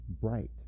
bright